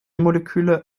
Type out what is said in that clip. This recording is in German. moleküle